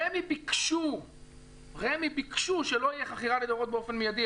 רמ"י ביקשו שלא תהיה חכירה לדורות באופן מיידי,